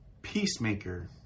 Peacemaker